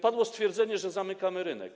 Padło stwierdzenie, że zamykamy rynek.